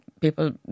people